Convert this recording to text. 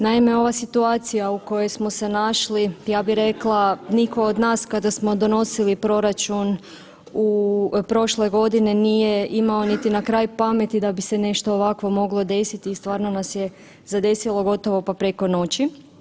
Naime, ova situacija u kojoj smo se našli ja bih rekla nitko od nas kada smo donosili proračun u prošloj godini nije imao niti na kraj pameti da bi se nešto ovako moglo desiti i stvarno nas je zadesilo gotovo pa preko noći.